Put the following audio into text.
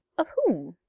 of whom?